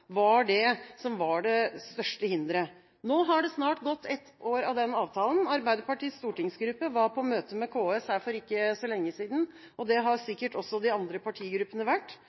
var det største hinderet. Nå har avtalen snart vart i ett år. Arbeiderpartiets stortingsgruppe var på møte med KS for ikke så lenge siden – det har sikkert de andre partigruppene også vært.